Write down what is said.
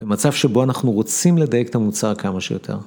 במצב שבו אנחנו רוצים לדייק את המוצר כמה שיותר.